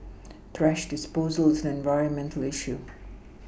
thrash disposal is an environmental issue